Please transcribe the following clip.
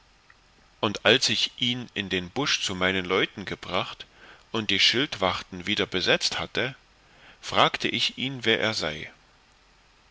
und als ich ihn in den busch zu meinen leuten gebracht und die schildwachten wieder besetzt hatte fragte ich ihn wer er sei